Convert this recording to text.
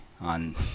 On